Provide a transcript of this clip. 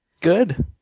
Good